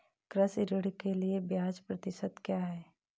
कृषि ऋण के लिए ब्याज प्रतिशत क्या है?